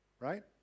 right